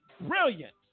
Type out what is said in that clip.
brilliant